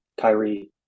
Kyrie